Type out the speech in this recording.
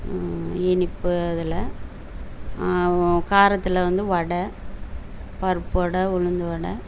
இனிப்பு அதில் காரத்தில் வந்து வடை பருப்பு வடை உளுந்து வடை